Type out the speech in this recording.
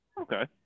Okay